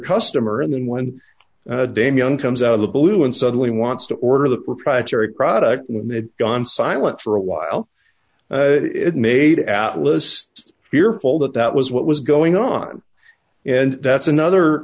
customer and then when dan young comes out of the blue and suddenly wants to order the proprietary product when they had gone silent for a while it made atlas fearful that that was what was going on and that's another